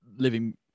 living